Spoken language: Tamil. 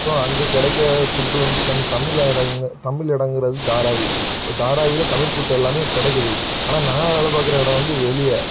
ஸோ அங்கே கிடைக்கிற ஃபுட்டு வந்து நம்ம தமிழ் இடங்க தமிழ் இடோங்கிறது தாராவி இப்போ தாராவில் தமிழ் ஃபுட் எல்லாம் கிடைக்குது ஆனால் நான் வேலை பார்க்கற இடம் வந்து வெளியே